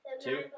Two